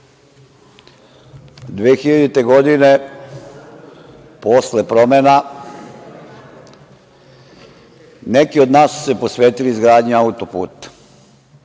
2000, posle promena neki od nas su se posvetili izgradnja auto-puta.